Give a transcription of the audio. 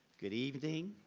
good evening.